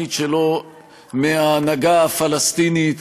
החד-משמעית שלו מההנהגה הפלסטינית